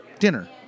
Dinner